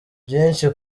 byinshi